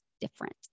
different